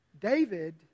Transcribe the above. David